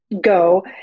go